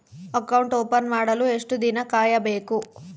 Account open ಮಾಡಲು ಎಷ್ಟು ದಿನ ಕಾಯಬೇಕು?